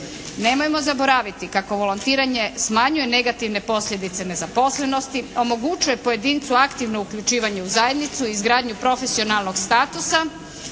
Nemojmo zaboraviti kako volontiranje smanjuje negativne posljedice nezaposlenosti, omogućuje pojedincu aktivno uključivanje u zajednicu i izgradnju profesionalnog statusa,